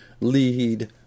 lead